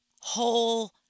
whole